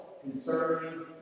concerning